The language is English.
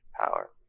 power